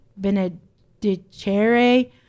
Benedicere